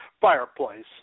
fireplace